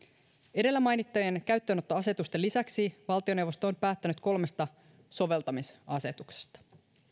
edellä mainittujen käyttöönottoasetusten lisäksi valtioneuvosto on päättänyt kolmesta soveltamisasetuksesta